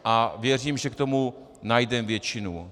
A věřím, že k tomu najdeme většinu.